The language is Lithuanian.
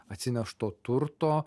atsinešto turto